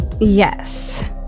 Yes